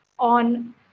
on